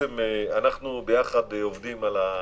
אנחנו עובדים יחד על הטכנולוגיה,